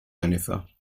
jennifer